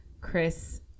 Chris